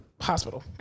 hospital